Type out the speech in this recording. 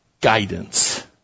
guidance